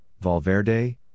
Valverde